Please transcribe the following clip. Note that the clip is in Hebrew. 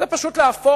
צריך פשוט להפוך